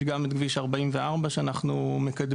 יש גם את כביש 44 שאנחנו מקדמים.